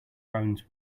bones